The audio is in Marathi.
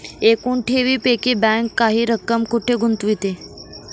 एकूण ठेवींपैकी बँक काही रक्कम कुठे गुंतविते?